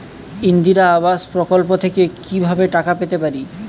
ইন্দিরা আবাস প্রকল্প থেকে কি ভাবে টাকা পেতে পারি?